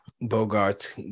Bogart